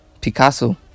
Picasso